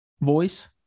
voice